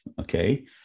okay